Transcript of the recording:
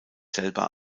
selber